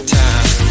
time